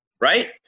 Right